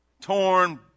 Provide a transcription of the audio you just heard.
torn